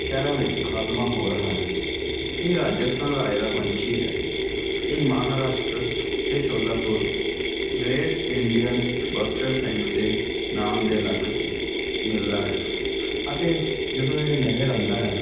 ਸ਼ਹਿਰਾਂ ਵਿੱਚ ਖਾਤਮਾ ਹੋ ਰਹਾ ਇਹ ਰਾਜਸਥਾਨ ਰਾਜ ਦਾ ਪੰਛੀ ਹੈ ਇਹ ਮਹਾਰਾਸ਼ਟਰ ਤੇ Solapur great Indian bustard sanctuary ਨਾਮ ਦੇ ਇਲਾਕੇ ਚ ਮਿਲਦਾ ਹੈ ਅਤੇ ਜਦੋਂ ਇਹ ਨਜ਼ਰ ਆਉਂਦਾ ਹੈ